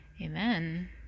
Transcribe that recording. Amen